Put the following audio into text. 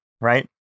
Right